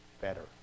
better